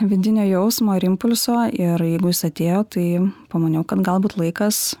vidinio jausmo ir impulso ir jeigu jis atėjo tai pamaniau kad galbūt laikas